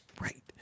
Right